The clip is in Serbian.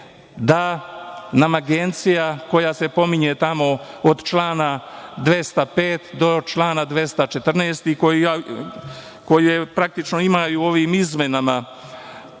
da nam Agencija koja se pominje od člana 205. do člana 214, koje praktično ima i u ovim izmenama,